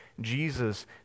Jesus